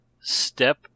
step